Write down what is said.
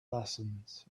lessons